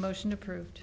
motion approved